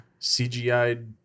CGI